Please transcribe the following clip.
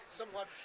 somewhat